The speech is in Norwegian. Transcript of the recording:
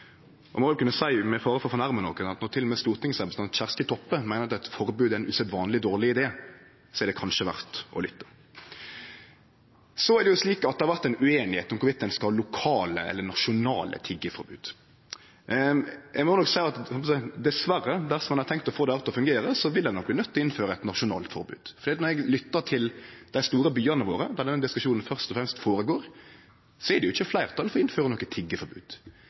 Eg må vel kunne seie – med fare for å fornærme nokon – at når til og med stortingsrepresentant Kjersti Toppe meiner at eit forbod er ein usedvanleg dårleg idé, er det kanskje verdt å lytte. Det har vore ueinigheit om ein skal ha lokale eller nasjonale tiggeforbod. Eg må nok seie – eg heldt på å seie dessverre – at dersom ein har tenkt å få dette til å fungere, vil ein nok bli nøydt til å innføre eit nasjonalt forbod, for når eg lyttar til dei store byane våre, der denne diskusjonen fyrst og fremst føregår, er det ikkje fleirtal for å innføre